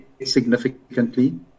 significantly